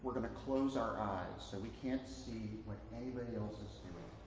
going to close our eyes so we can't see what anybody else is doing.